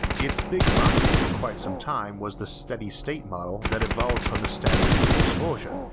it's big rival for quite some time was the steady state model that evolved from the static universe version.